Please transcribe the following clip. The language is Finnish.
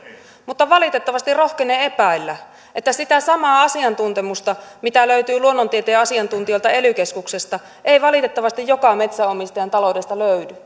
mutta valitettavasti rohkenen epäillä että sitä samaa asiantuntemusta mitä löytyy luonnontieteen asiantuntijoilta ely keskuksesta ei valitettavasti joka metsänomistajan taloudesta löydy